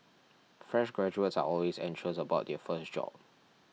fresh graduates are always anxious about their first job